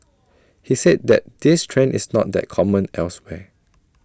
he said that this trend is not that common elsewhere